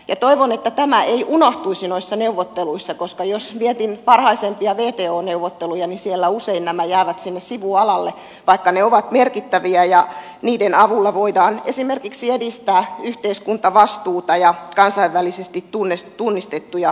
ja toivon että tämä ei unohtuisi noissa neuvotteluissa koska jos mietin varhaisempia wto neuvotteluja niin siellä usein nämä jäävät sinne sivualalle vaikka ne ovat merkittäviä asioita ja niiden avulla voidaan esimerkiksi edistää yhteiskuntavastuuta ja kansainvälisesti tunnistettuja standardeja